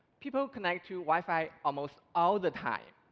people connect to wi-fi almost all the time.